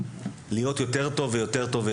להיות יותר טוב ויותר טוב,